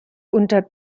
unter